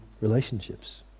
relationships